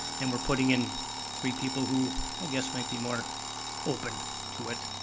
and we're putting in three people who i guess might be more open to it.